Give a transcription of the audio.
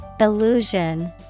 Illusion